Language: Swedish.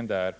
i FN.